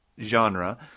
genre